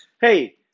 Hey